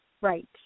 Right